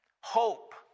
Hope